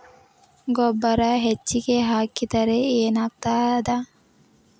ಗೊಬ್ಬರ ಹೆಚ್ಚಿಗೆ ಹಾಕಿದರೆ ಏನಾಗ್ತದ?